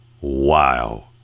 Wow